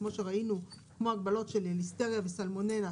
כמו ההגבלות של ליסטריה וסלמונלה,